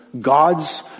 God's